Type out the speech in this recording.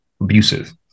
abusive